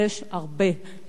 יש הרבה,